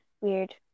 weird